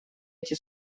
эти